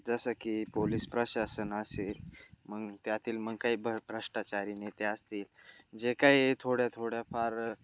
जसं की पोलिस प्रशासन असेल मग त्यातील मग काही भ भ्रष्टाचारी नेते असतील जे काही थोड्या थोड्या फार